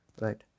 Right